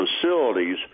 facilities